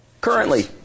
Currently